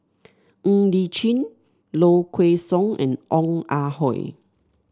Ng Li Chin Low Kway Song and Ong Ah Hoi